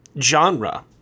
genre